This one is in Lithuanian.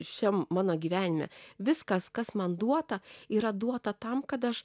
šiam mano gyvenime viskas kas man duota yra duota tam kad aš